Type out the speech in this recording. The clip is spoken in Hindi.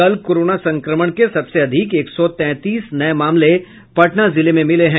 कल कोरोना संक्रमण के सबसे अधिक एक सौ तैंतीस नये मामले पटना जिले में मिले हैं